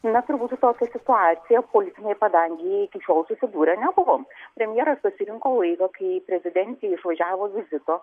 na turbūt su tokia situacija politinėj padangėj iki šiol susidūrę nebuvom premjeras pasirinko laiką kai prezidentė išvažiavo vizito